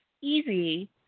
easy